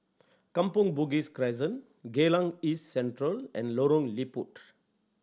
Kampong Bugis Crescent Geylang East Central and Lorong Liput